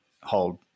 hold